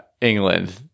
England